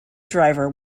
driver